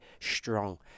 strong